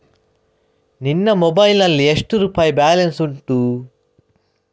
ನಿನ್ನ ಮೊಬೈಲ್ ನಲ್ಲಿ ಎಷ್ಟು ರುಪಾಯಿ ಬ್ಯಾಲೆನ್ಸ್ ಉಂಟು?